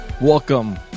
welcome